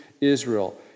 Israel